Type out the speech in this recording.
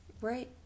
Right